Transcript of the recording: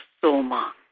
Soma